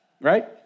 Right